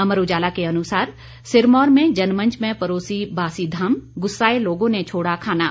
अमर उजाला के अनुसार सिरमौर में जनमंच में परोसी बासी धाम गुस्साए लोगों ने छोड़ा खाना